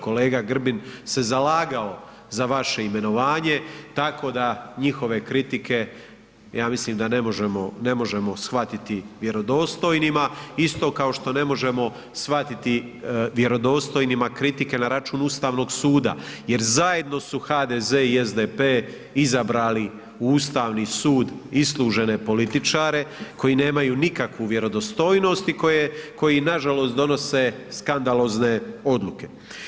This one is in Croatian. Kolega Grbin se zalagao za vaše imenovanje tako da njihove kritike ja mislim da ne možemo shvatiti vjerodostojnima, isto kao što ne možemo shvatiti vjerodostojnima kritike na račun Ustavnog suda jer zajedno su HDZ i SDP izabrali u Ustavni sud islužene političare koji nemaju nikakvu vjerodostojnost i koji nažalost donose skandalozne odluke.